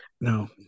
No